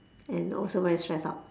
and also very stressed out